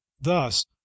thus